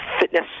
fitness